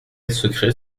secret